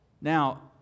Now